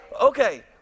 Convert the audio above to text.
okay